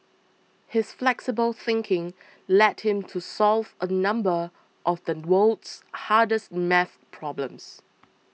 his flexible thinking led him to solve a number of the world's hardest math problems